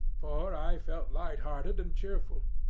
for i felt light-hearted and cheerful.